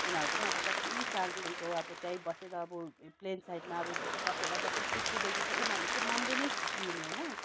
उनीहरूकोमा अब कति सालदेखिको अब त्यहीँ बसेर अब प्लेन साइडमा अब बसेर बसेर त्यस्तो देख्दा चाहिँ उनीहरूले चाहिँ मनले नै खुसी हुने होइन